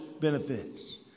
benefits